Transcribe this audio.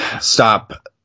stop